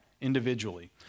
individually